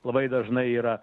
labai dažnai yra